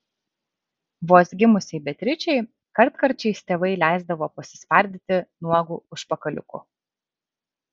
vos gimusiai beatričei kartkarčiais tėvai leisdavo pasispardyti nuogu užpakaliuku